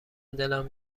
دلم